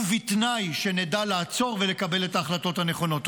ובתנאי שנדע לעצור ולקבל את ההחלטות הנכונות.